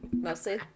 mostly